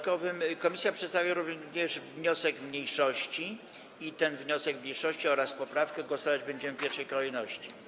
Komisja przedstawia również wniosek mniejszości i nad tym wnioskiem mniejszości oraz poprawką głosować będziemy w pierwszej kolejności.